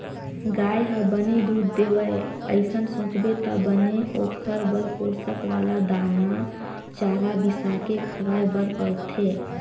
गाय ह बने दूद देवय अइसन सोचबे त बने ओखर बर पोसक वाला दाना, चारा बिसाके खवाए बर परथे